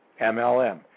MLM